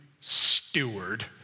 steward